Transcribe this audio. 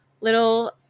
little